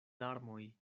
larmoj